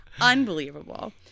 Unbelievable